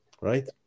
right